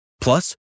Plus